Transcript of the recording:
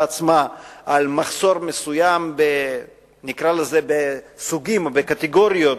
עצמה על מחסור מסוים בסוגים או בקטגוריות,